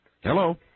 Hello